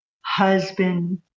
husband